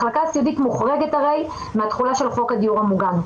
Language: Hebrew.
מחלקה סיעודית מוחרגת הרי מהתכולה של חוק הדיור המוגן.